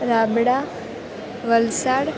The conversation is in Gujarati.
રાબળા વલસાડ